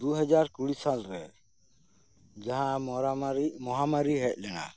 ᱫᱩ ᱦᱟᱡᱟᱨ ᱠᱩᱲᱤ ᱥᱟᱞ ᱨᱮ ᱡᱟᱦᱟᱸ ᱢᱚᱨᱟᱢᱟᱨᱤ ᱢᱚᱦᱟᱢᱟᱨᱤ ᱦᱮᱡ ᱞᱮᱱᱟ